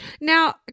Now